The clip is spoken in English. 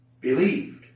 believed